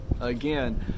again